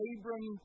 Abram